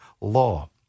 law